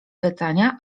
pytania